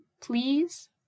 please